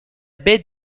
baie